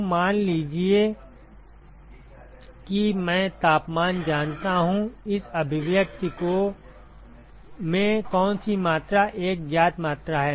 तो मान लीजिए कि मैं तापमान जानता हूं इस अभिव्यक्ति में कौन सी मात्रा एक ज्ञात मात्रा है